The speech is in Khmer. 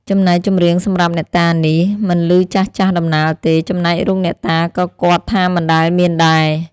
ចំណែកចម្រៀងសម្រាប់អ្នកតានេះ មិនឮចាស់ៗដំណាលទេ ចំណែករូបអ្នកតាក៏គាត់ថាមិនដែលមានដែរ ។